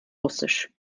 russisch